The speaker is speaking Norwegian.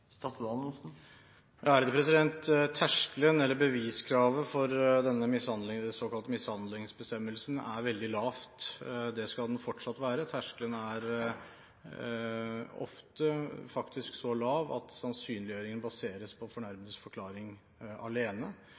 Terskelen – eller beviskravet – for denne såkalte mishandlingsbestemmelsen er veldig lav. Det skal den fortsatt være. Terskelen er ofte faktisk så lav at sannsynliggjøringen baseres på fornærmedes forklaring alene.